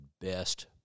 best